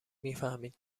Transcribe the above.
میفهمید